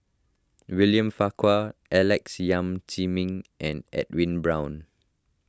William Farquhar Alex Yam Ziming and Edwin Brown